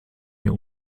mir